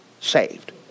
saved